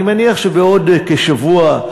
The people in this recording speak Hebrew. אני מניח שבעוד כשבוע,